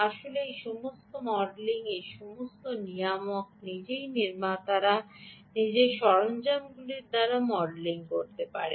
আসলে এই সমস্ত মডেলিং এই সমস্ত নিয়ামক নিজেই নির্মাতারা নির্দিষ্ট সরঞ্জামগুলির দ্বারা মডেলিং করতে পারেন